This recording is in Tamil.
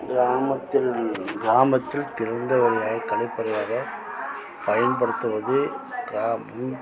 கிராமத்தில் கிராமத்தில் திறந்த வெளியாக கழிப்பறையாக பயன்படுத்துவது